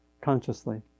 consciously